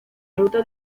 ruta